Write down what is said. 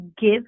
give